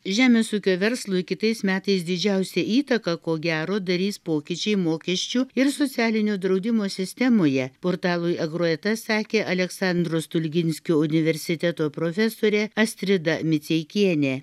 žemės ūkio verslui kitais metais didžiausią įtaką ko gero darys pokyčiai mokesčių ir socialinio draudimo sistemoje portalui agroeta sekė aleksandro stulginskio universiteto profesorė astrida miceikienė